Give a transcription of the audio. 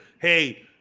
hey